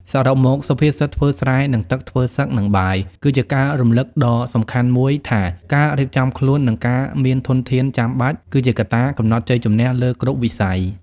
សរុបមក សុភាសិត ធ្វើស្រែនឹងទឹក ធ្វើសឹកនឹងបាយ គឺជាការរំលឹកដ៏សំខាន់មួយថា ការរៀបចំខ្លួន និងការមានធនធានចាំបាច់ គឺជាកត្តាកំណត់ជ័យជម្នះលើគ្រប់វិស័យ។